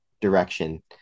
direction